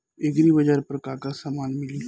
एग्रीबाजार पर का का समान मिली?